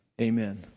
amen